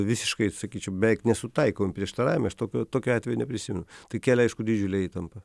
visiškai sakyčiau beveik nesutaikomi prieštaravimai aš tokio tokių atvejų neprisimenu tai kelia aišku didžiulę įtampą